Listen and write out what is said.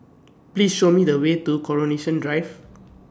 Please Show Me The Way to Coronation Drive